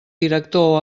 director